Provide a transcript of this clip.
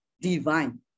divine